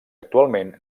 actualment